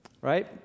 right